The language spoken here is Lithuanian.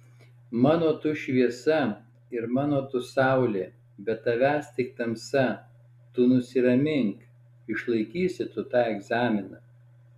mano tu šviesa ir mano tu saulė be tavęs tik tamsa tu nusiramink išlaikysi tu tą egzaminą